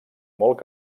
molt